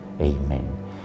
Amen